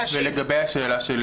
ולגבי השאלה שלי,